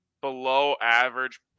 below-average